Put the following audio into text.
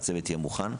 כדי שהצוות יהיה מוכן.